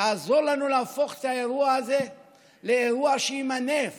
תעזור לנו להפוך את האירוע הזה לאירוע שימנף